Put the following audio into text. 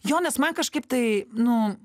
jo nes man kažkaip tai nu